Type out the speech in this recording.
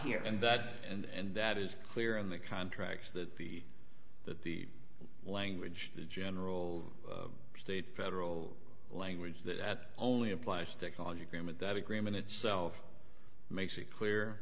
here and that's and that is clear in the contracts that the that the language the general state federal language that at only applies to college agreement that agreement itself makes it clear